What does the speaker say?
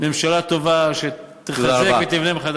אני מסיים כפי שהממשלה הזאת מסיימת, אדוני.